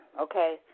okay